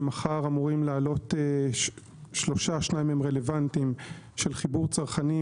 שמחר אמורים לעלות 3 רלוונטיים של חיבור צרכנים